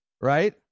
Right